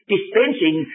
Dispensing